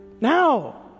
now